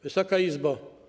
Wysoka Izbo!